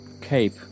cape